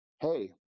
Hey